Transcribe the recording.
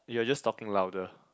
you are just talking louder